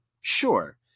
Sure